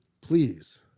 please